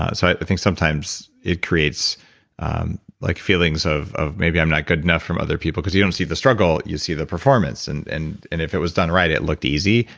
ah so i think sometimes, it creates like feelings of of maybe i'm not good enough from other people cause we don't see the struggle, you see the performance, and and and if it was done right, it looked easy,